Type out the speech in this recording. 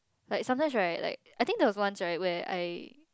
like sometimes right like I think there was once right where I